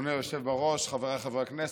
אדוני היושב בראש, חבריי חברי הכנסת,